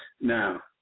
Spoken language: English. Now